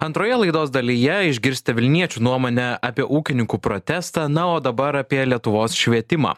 antroje laidos dalyje išgirsite vilniečių nuomonę apie ūkininkų protestą na o dabar apie lietuvos švietimą